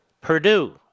Purdue